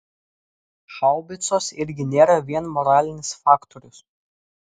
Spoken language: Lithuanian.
haubicos irgi nėra vien moralinis faktorius